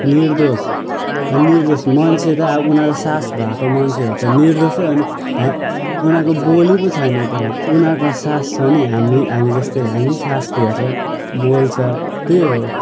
निर्दोष निर्दोष मान्छे त अब उनीहरूलाई सास भएको मान्छेहरू त निर्दोषै अनि उनीहरूको बोली पो छैन त उनीहरूको सास छ नि हाम हामी जस्तै हामी पनि सास फेर्छ बोल्छ त्यही हो